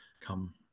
come